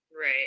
Right